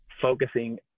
focusing